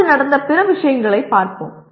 இப்போது நடந்த பிற விஷயங்களைப் பார்ப்போம்